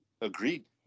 Agreed